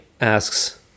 asks